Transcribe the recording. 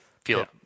feel